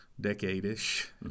decade-ish